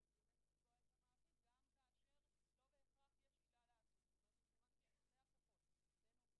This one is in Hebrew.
גם עליה אותם פיצויים עונשיים נניח לפי המודל שאתם